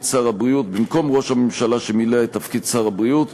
שר הבריאות במקום ראש הממשלה שמילא את תפקיד שר הבריאות,